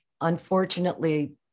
unfortunately